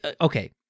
okay